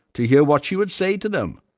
to hear what she would say to them.